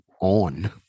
on